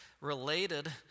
related